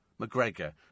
McGregor